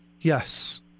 Yes